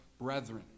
brethren